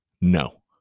no